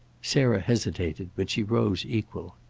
sarah hesitated, but she rose equal.